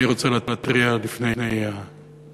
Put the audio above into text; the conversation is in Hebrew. אני רוצה להתריע בפני המליאה.